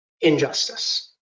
injustice